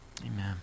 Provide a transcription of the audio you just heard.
amen